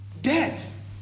debt